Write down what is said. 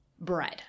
bread